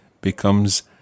becomes